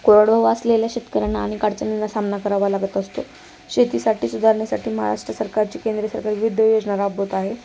कोरड वाहू शेतकऱ्यांना अनेक अडचणींचा सामना करावा लागत असतो शेतीसाठी सुधारण्यासाठी महाराष्ट्र सरकारची केंद्रीय सरकारी विविध योजना राबवत आहे